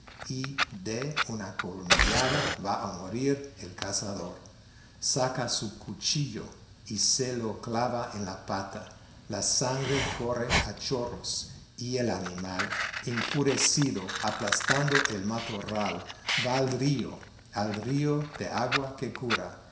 y de una colmillada va a morir el cazador saca su cuchillo y se lo clava en la pata la sangre corre a chorros y el animal enfurecido aplastando el matorral va al río al río de agua que cura